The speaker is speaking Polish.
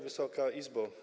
Wysoka Izbo!